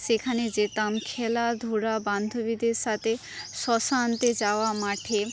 সেখানে যেতাম খেলাধুলা বান্ধবীদের সাথে শশা আনতে যাওয়া মাঠে